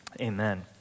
amen